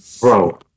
bro